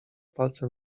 palcem